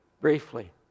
briefly